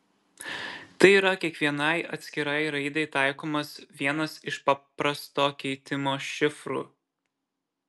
tai yra kiekvienai atskirai raidei taikomas vienas iš paprasto keitimo šifrų